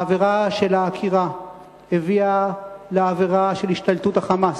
העבירה של העקירה הביאה לעבירה של השתלטות ה"חמאס",